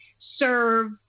serve